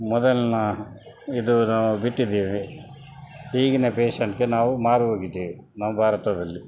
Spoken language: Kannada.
ಮೊದಲಿನ ಇದು ನಾವು ಬಿಟ್ಟಿದೀವಿ ಈಗಿನ ಫ್ಯಾಶನ್ಗೆ ನಾವು ಮಾರು ಹೋಗಿದ್ದೇವೆ ನಮ್ಮ ಭಾರತದಲ್ಲಿ